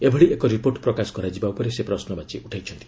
ଏଭଳି ଏକ ରିପୋର୍ଟ ପ୍ରକାଶ କରାଯିବା ଉପରେ ସେ ପ୍ରଶ୍ୱବାଚୀ ଉଠାଇଛନ୍ତି